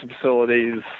facilities